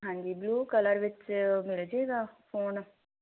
ਹਾਂਜੀ blue colour ਵਿੱਚ ਮਿਲ ਜਾਏਗਾ ਫੋਨ